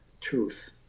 truth